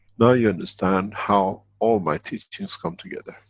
now you understand how all my teachings come together.